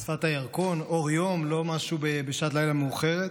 שפת הירקון, אור יום, לא משהו בשעת לילה מאוחרת.